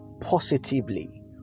positively